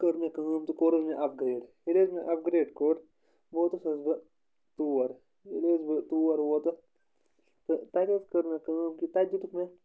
کٔر مےٚ کٲم تہٕ کوٚر حظ مےٚ اَپگرٛیڈ ییٚلہِ حظ مےٚ اَپگرٛیڈ کوٚر ووتُس حظ بہٕ تور ییٚلہِ حظ بہٕ تور ووتُس تہٕ تَتہِ حظ کٔر مےٚ کٲم کہِ تَتہِ دیُتُکھ مےٚ